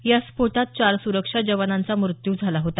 या स्फोटात चार सुरक्षा जवानांचा मृत्यू झाला होता